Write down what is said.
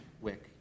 wick